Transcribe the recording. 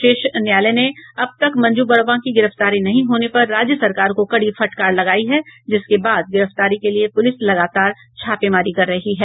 शीर्ष न्यायालय ने अब तक मंजू वर्मा की गिरफ्तारी नहीं होने पर राज्य सरकार को कड़ी फटकार लगायी है जिसके बाद गिरफ्तारी के लिये पुलिस लगातार छापेमारी कर रही है